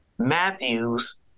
Matthews